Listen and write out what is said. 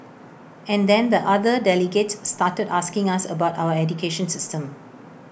and then the other delegates started asking us about our education system